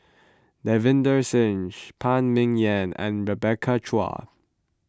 Davinder Singh Phan Ming Yen and Rebecca Chua